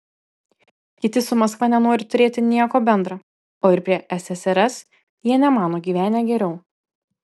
kiti su maskva nenori turėti nieko bendra o ir prie ssrs jie nemano gyvenę geriau